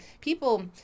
people